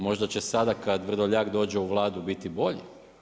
Možda će sada kada Vrdoljak dođe u Vladu biti bolje.